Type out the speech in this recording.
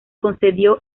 concedió